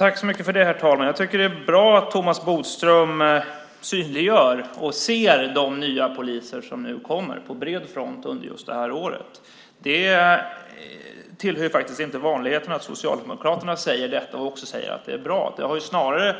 Herr talman! Det är bra att Thomas Bodström ser och synliggör de nya poliser som kommer på bred front under det här året. Det tillhör inte vanligheterna att Socialdemokraterna säger detta och också säger att det är bra. Det har snarare